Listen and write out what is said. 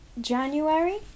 january